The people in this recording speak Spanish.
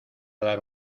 dar